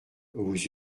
vous